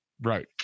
right